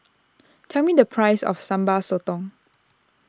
tell me the price of Sambal Sotong